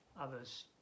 others